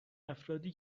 افرادی